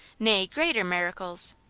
nay, greater, miracles.